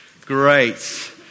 Great